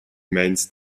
meins